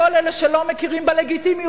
לכל אלה שלא מכירים בלגיטימיות,